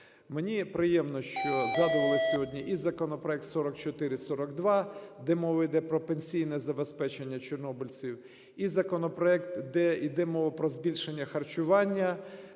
Мені приємно, що згадувались сьогодні і законопроект 4442, де мова іде про пенсійне забезпечення чорнобильців; і законопроект, де іде мова про збільшення харчування